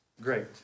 great